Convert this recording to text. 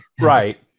Right